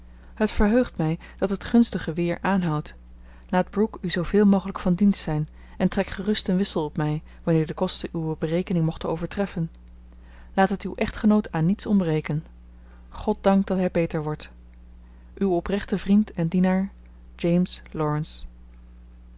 het verheugt mij dat het gunstige weer aanhoudt laat brooke u zooveel mogelijk van dienst zijn en trek gerust een wissel op mij wanneer de kosten uwe berekening mochten overtreffen laat het uw echtgenoot aan niets ontbreken goddank dat hij beter wordt uw oprechte vriend en dienaar james laurence